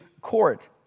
court